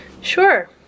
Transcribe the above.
Sure